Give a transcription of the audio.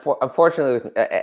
unfortunately